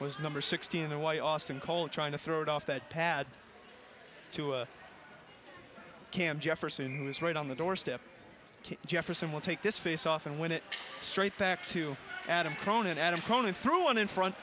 was number sixteen there why austin call it trying to throw it off that pad two cam jefferson was right on the doorstep jefferson will take this face off and when it straight back to adam cronin adam conan threw in in front